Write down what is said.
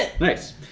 Nice